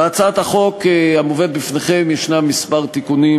בהצעת החוק המובאת בפניכם מוצעים